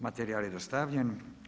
Materijal je dostavljen.